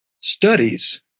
studies